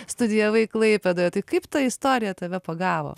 studijavai klaipėdoje tai kaip ta istorija tave pagavo